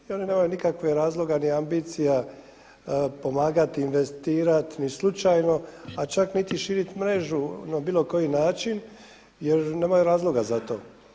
I oni nemaju nikakvog razloga ni ambicija pomagati, investirati ni slučajno, a čak niti širit mrežu na bilo koji način jer nemaju razloga za to.